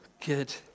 Good